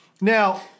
Now-